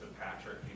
Patrick